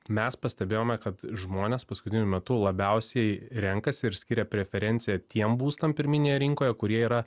mes pastebėjome kad žmonės paskutiniu metu labiausiai renkasi ir skiria preferenciją tiem būstam pirminėje rinkoje kurie yra